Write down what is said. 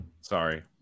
Sorry